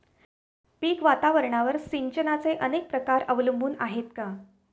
पीक वातावरणावर सिंचनाचे अनेक प्रकार अवलंबून आहेत का?